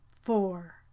Four